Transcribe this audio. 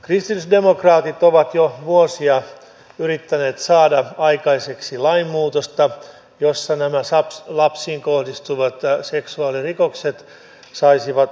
kristillisdemokraatit ovat jo vuosia yrittäneet saada aikaiseksi lainmuutosta jossa nämä lapsiin kohdistuvat seksuaalirikokset saisivat kovimman rangaistuksen